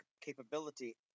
capability